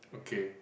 okay